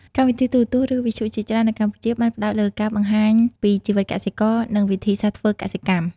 កម្មវិធីទូរទស្សន៍ ឬវិទ្យុជាច្រើននៅកម្ពុជាបានផ្តោតលើការបង្ហាញពីជីវិតកសិករ និងវិធីសាស្ត្រធ្វើកសិកម្ម។